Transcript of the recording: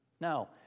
Now